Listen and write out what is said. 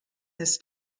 this